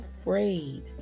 afraid